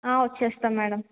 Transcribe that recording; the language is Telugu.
వస్తాం మేడం